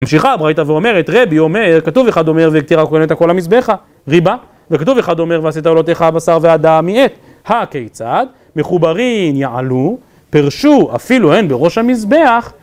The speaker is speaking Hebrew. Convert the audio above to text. ממשיכה הברייתא ואומרת, רבי אומר, כתוב אחד אומר, והקטיר הכהן את הכול המזבחה, ריבה. וכתוב אחד אומר, ועשית עולותיך הבשר והדם מיעט הא כיצד? מחוברין יעלו, פירשו, אפילו הן בראש המזבח.